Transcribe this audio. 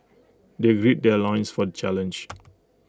they gird their loins for the challenge